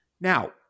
Now